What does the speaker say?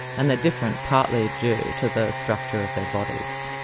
and they're different partly due to the structure of their bodies.